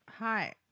hi